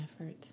effort